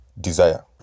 desire